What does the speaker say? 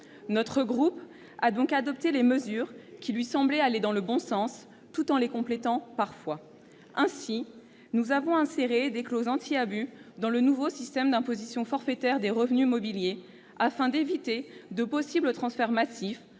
Notre groupe a donc adopté les mesures qui lui semblaient aller dans le bon sens, tout en les complétant parfois. Ainsi, nous avons inséré des clauses anti-abus dans le nouveau système d'imposition forfaitaire des revenus mobiliers, afin d'éviter de possibles transferts massifs,